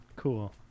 Cool